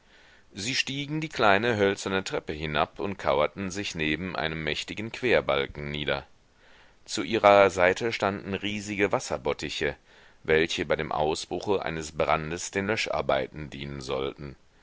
sie stiegen die kleine hölzerne treppe hinab und kauerten sich neben einem mächtigen querbalken nieder zu ihrer seite standen riesige wasserbottiche welche bei dem ausbruche eines brandes den löscharbeiten dienen sollten